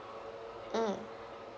mm